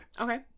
okay